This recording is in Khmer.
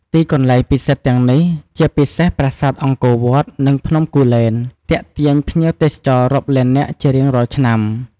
ទីកន្លែងពិសិដ្ឋទាំងនេះ ជាពិសេសប្រាសាទអង្គរវត្ត និងភ្នំគូលែន ទាក់ទាញភ្ញៀវទេសចររាប់លាននាក់ជារៀងរាល់ឆ្នាំ។